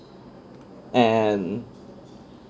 and